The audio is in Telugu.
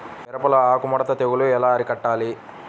మిరపలో ఆకు ముడత తెగులు ఎలా అరికట్టాలి?